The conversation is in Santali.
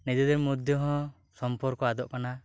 ᱱᱤᱡᱮᱫᱮᱨ ᱢᱚᱫᱽᱫᱷᱮ ᱦᱚᱸ ᱥᱚᱢᱯᱚᱨᱠᱚ ᱟᱫᱚᱜ ᱠᱟᱱᱟ